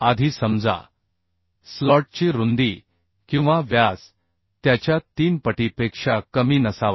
आधी समजा स्लॉटची रुंदी किंवा व्यास त्याच्या तीन पटीपेक्षा कमी नसावा